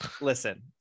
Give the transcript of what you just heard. listen